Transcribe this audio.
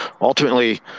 ultimately